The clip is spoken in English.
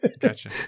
gotcha